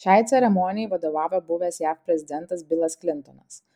šiai ceremonijai vadovavo buvęs jav prezidentas bilas klintonas